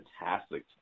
fantastic